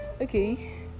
Okay